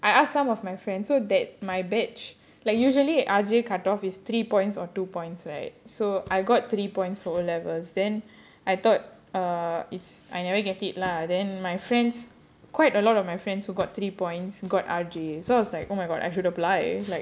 I ask some of my friends so that my batch like usually R_J cut off is three points or two points right so I got three points for O levels then I thought err it's I never get it lah then my friends quite a lot of my friends who got three points got R_J so I was like oh my god I should apply like